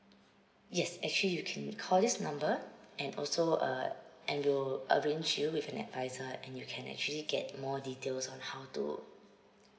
yes actually you can call this number and also uh and we'll arrange you with an advisor and you can actually get more details on how to